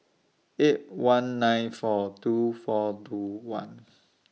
eight one nine four two four two one